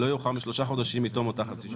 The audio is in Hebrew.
תגישו לא יאוחר משלושה חודשים מתום אותה חצי שנה.